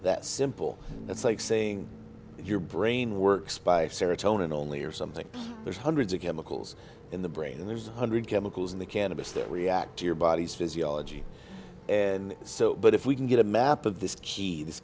that simple that's like saying your brain works by of serotonin only or something there's hundreds of chemicals in the brain and there's a hundred chemicals in the cannabis that react to your body's physiology and so but if we can get a map of this